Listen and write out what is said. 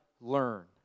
learn